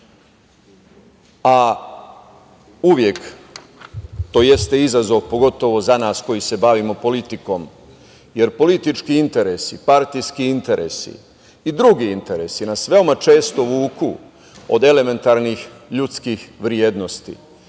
a uvek to jeste izazov, pogotovo za nas koji se bavimo politikom, jer politički interesi, partijski interesi i drugi interesi nas veoma često vuku od elementarnih ljudskih vrednosti